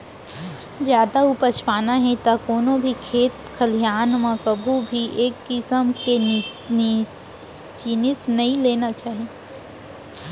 जादा उपज पाना हे त कोनो भी खेत खलिहान म कभू भी एके किसम के जिनिस नइ लेना चाही